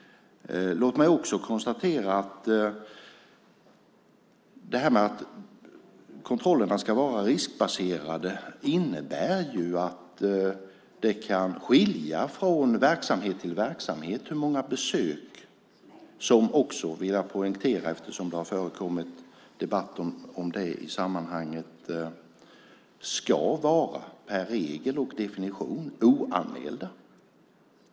Låt mig också konstatera att det här med att kontrollerna ska vara riskbaserade ju innebär att antalet besök, som per regel och definition ska vara oanmälda, kan skilja från verksamhet till verksamhet.